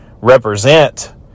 represent